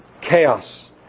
chaos